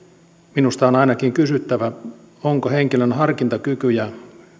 minusta on ainakin kysyttävä onko henkilön harkintakyky ja